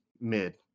mid